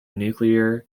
nuclear